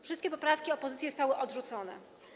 Wszystkie poprawki opozycji zostały odrzucone.